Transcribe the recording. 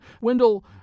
Wendell